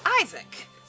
Isaac